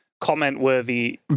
comment-worthy